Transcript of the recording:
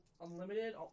Unlimited